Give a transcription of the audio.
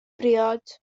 briod